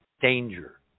danger